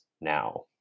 now